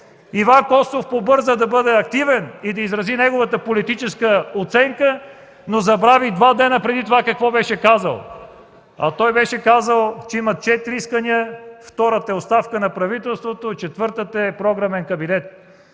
Иван Костов побърза да бъде активен и да изрази своята политическа оценка, но забрави два дни преди това какво беше казал. Той беше казал, че има четири искания: второто – оставка на правителството, четвъртото – програмен кабинет.